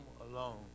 alone